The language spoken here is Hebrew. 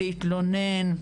להתלונן.